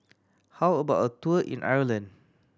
how about a tour in Ireland